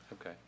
okay